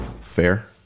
Fair